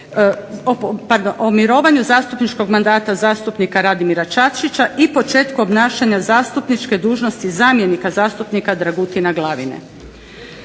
o mirovanju zastupničkog mandata zastupnika Ivana Vrdoljaka i počeku obnašanja zastupničke dužnosti zamjenika zastupnika Ivice Mandića.